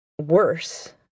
worse